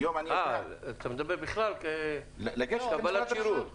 אני אענה לחבר הכנסת סעדי: במדינת ישראל חלק